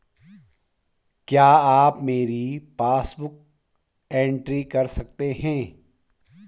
क्या आप मेरी पासबुक बुक एंट्री कर सकते हैं?